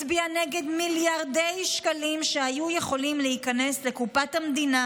הצביע נגד מיליארדי שקלים שהיו יכולים להיכנס לקופת המדינה